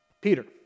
Peter